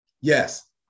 Yes